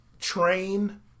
train